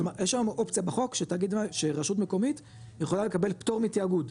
כלומר יש היום אופציה בחוק שרשות מקומית יכולה לקבל פטור מתיאגוד,